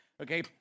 okay